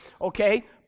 Okay